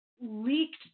leaked